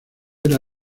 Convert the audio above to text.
era